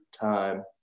Time